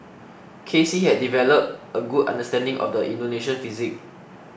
K C had developed a good understanding of the Indonesian psyche